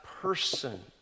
person